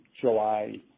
July